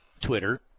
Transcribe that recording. Twitter